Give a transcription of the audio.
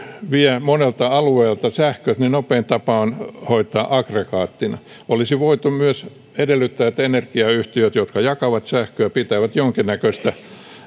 vie monelta alueelta sähköt niin nopeinta on hoitaa tilanne aggregaateilla olisi myös voitu edellyttää että energiayhtiöt jotka jakavat sähköä pitävät jonkin näköistä